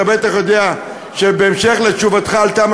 אתה בטח יודע שבהמשך לתשובתך על תמ"א